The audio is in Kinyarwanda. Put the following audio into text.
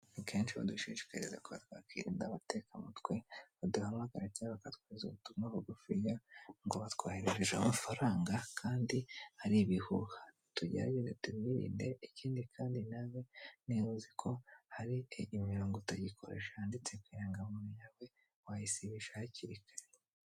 Akenshi badushishikariza kuba twakwirinda abatekamutwe baduhamagara cyangwa bakatwoherereza ubutumwa bugufi ngo batwoherereje amafaranga kandi ari ibihuha. Tugerageza tubyirinde, ikindi kandi nawe niba uzi ko hari imirongo utagikoresha yanditse ku indangamuntu yawe wayisibisha hakiri kare.